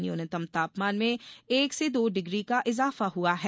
न्यूनतम तापमान में एक से दो डिग्री का इजाफा हुआ है